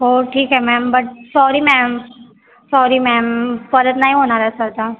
हो ठीक आहे ma'am but sorry ma'am sorry ma'am परत नाही होणार असं आता